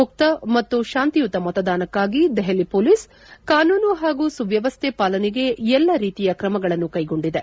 ಮುಕ್ತ ಮತ್ತು ಶಾಂತಿಯುತ ಮತದಾನಕ್ಕಾಗಿ ದೆಹಲಿ ಪೊಲೀಸ್ ಕಾನೂನು ಮತ್ತು ಸುವ್ವವಸ್ಥೆ ಪಾಲನೆಗೆ ಎಲ್ಲಾ ರೀತಿಯ ಕ್ರಮಗಳನ್ನು ಕೈಗೊಂಡಿದೆ